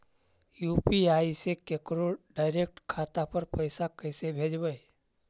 UPI से केकरो direct खाता पर पैसा कैसे भेजबै?